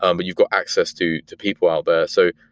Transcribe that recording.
um but you've got access to to people out there. so,